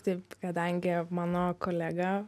taip kadangi mano kolega